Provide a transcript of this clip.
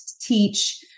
teach